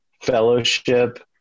fellowship